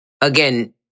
again